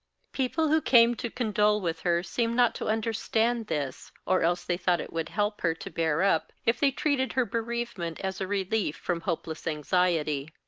people who came to condole with her seemed not to understand this, or else they thought it would help her to bear up if they treated her bereavement as a relief from hopeless anxiety.